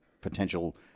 potential